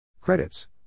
Credits